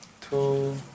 two